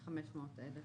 500,000?